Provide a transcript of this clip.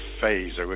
phase